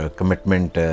commitment